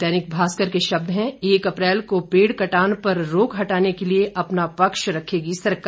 दैनिक भास्कर के शब्द हैं एक अप्रैल को पेड़ कटान पर रोक हटाने के लिए अपना पक्ष रखेगी सरकार